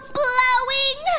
blowing